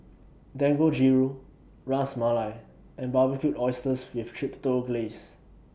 Dangojiru Ras Malai and Barbecued Oysters with Chipotle Glaze